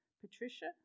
Patricia